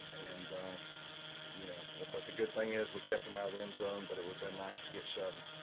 and you know, the but the good thing is we kept him out of the endzone but it would have been nice to get seven